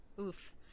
Oof